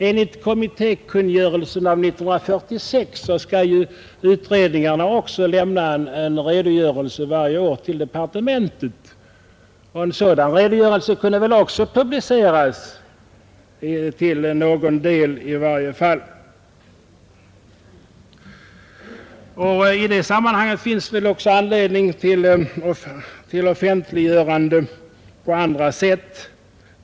Enligt kommittékungörelsen av år 1946 skall utredningarna också lämna en redogörelse varje år till departementet. En sådan redogörelse kunde väl också publiceras, i varje fall till någon del. I det sammanhanget finns det också anledning till offentliggörande på andra sätt.